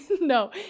no